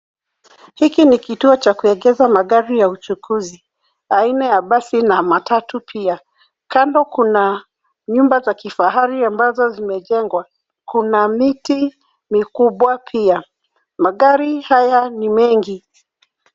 Hiki ni kituo cha kuekeza magari ya uchukuzi, aina ya basi na matatu pia. Kando kuna nyumba za kifahari ambazo zimejengwa. Kuna miti mikubwa pia. Magari haya ni mengi.